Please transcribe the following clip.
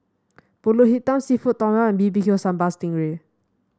pulut hitam seafood Tom Yum and B B Q Sambal Sting Ray